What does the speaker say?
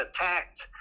attacked